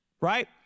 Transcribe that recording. right